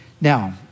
Now